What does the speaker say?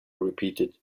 repeated